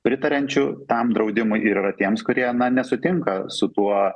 pritariančių tam draudimui ir yra tiems kurie nesutinka su tuo